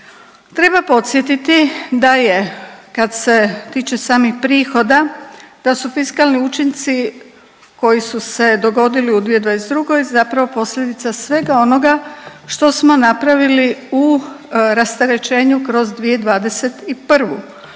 Treba podsjetiti da je kad se tiče samih prihoda, da su fiskalni učinci koji su se dogodili u 2022. zapravo posljedica svega onoga što smo napravili u rasterećenju kroz 2021.,